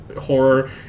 horror